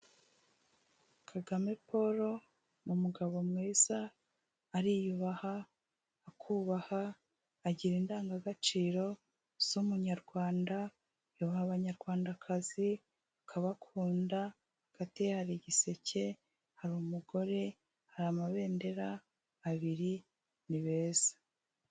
Kagame Paul ni umugabo mwiza, ariyubaha, akubaha, agira indangagaciro z'umunyarwanda. yubaha abanyarwandakazi, akabakunda, hagati hari igiseke, hari umugore, hari amabendera abiri, ni beza.